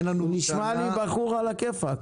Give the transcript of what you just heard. הוא נשמע לי בחור על הכיפאק.